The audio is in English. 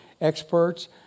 experts